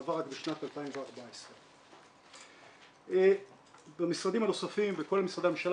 עבר רק בשנת 2014. במשרדים הנוספים ובכל משרדי הממשלה